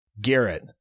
Garrett